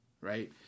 right